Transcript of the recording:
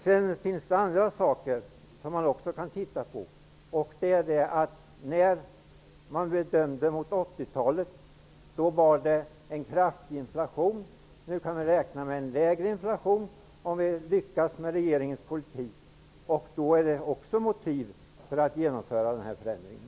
Det finns andra saker som man också kan undersöka. Under 80-talet var inflationen kraftig. Nu kan vi räkna med en lägre inflation, om vi lyckas med regeringens politik. Det är också ett motiv för att genomföra den här förändringen.